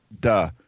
Duh